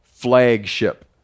Flagship